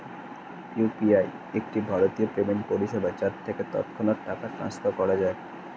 UPI একটি ভারতীয় payment পরিষেবা যার থেকে তৎক্ষণাৎ টাকা ট্রান্সফার করা যায়